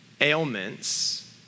Ailments